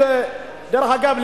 דרך אגב,